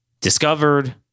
discovered